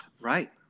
Right